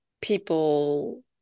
people